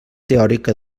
teòrica